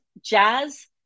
Jazz